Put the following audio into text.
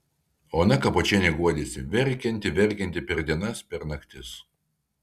ona kapočienė guodėsi verkianti verkianti per dienas per naktis